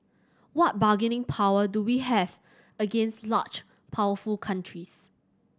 what bargaining power do we have against large powerful countries